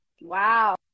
Wow